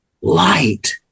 light